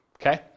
Okay